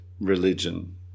religion